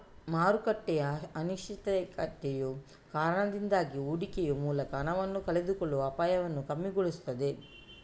ಮಾರುಕಟ್ಟೆಯ ಅನಿಶ್ಚಿತತೆಯ ಕಾರಣದಿಂದಾಗಿ ಹೂಡಿಕೆಯ ಮೂಲಕ ಹಣವನ್ನ ಕಳೆದುಕೊಳ್ಳುವ ಅಪಾಯವನ್ನ ಕಮ್ಮಿಗೊಳಿಸ್ತದೆ